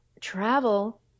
travel